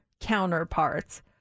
counterparts